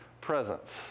presence